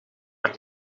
aan